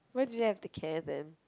why do you have to care then